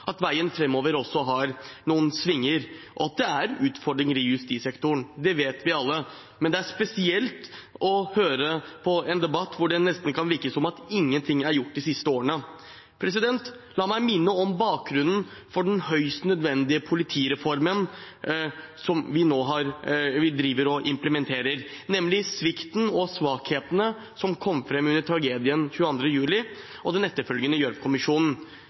at veien framover også har noen svinger. At det er utfordringer i justissektoren, det vet vi alle, men det er spesielt å høre på en debatt hvor det nesten kan virke som om ingenting er gjort de siste årene. La meg minne om bakgrunnen for den høyst nødvendige politireformen som vi nå implementerer, nemlig svikten og svakhetene som kom fram under tragedien 22. juli, og i rapporten til den etterfølgende